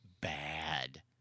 bad